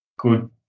good